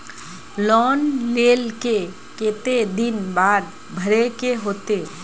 Loan लेल के केते दिन बाद भरे के होते?